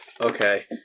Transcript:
okay